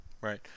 Right